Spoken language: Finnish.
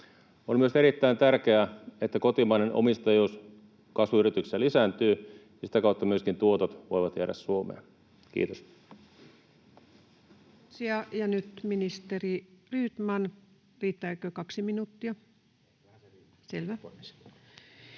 On myös erittäin tärkeää, että kotimainen omistajuus kasvuyrityksissä lisääntyy ja sitä kautta myöskin tuotot voivat jäädä Suomeen. — Kiitos.